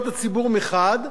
אבל להוביל את הציבור